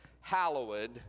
hallowed